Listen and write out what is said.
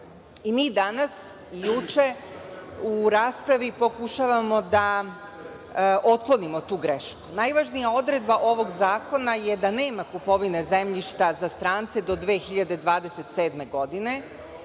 danas i juče u raspravi pokušavamo da otklonimo tu grešku. Najvažnija odredba ovog zakona je da nema kupovine zemljišta za strance do 2027. godine,